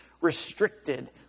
restricted